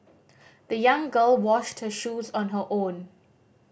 the young girl washed her shoes on her own